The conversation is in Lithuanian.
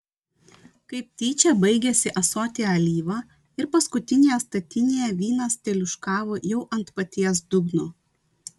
kaip tyčia baigėsi ąsotyje alyva ir paskutinėje statinėje vynas teliūškavo jau ant paties dugno